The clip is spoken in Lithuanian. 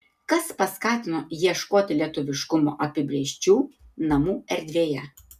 kas paskatino ieškoti lietuviškumo apibrėžčių namų erdvėje